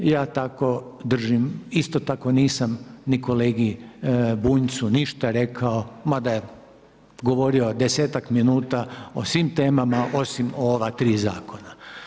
Ja tako držim, isto tako nisam ni kolegi Bunjcu ništa rekao mada je govorio 10-ak minuta o svim temama osim ova tri zakona.